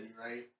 right